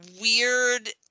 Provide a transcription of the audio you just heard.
weird